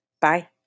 Bye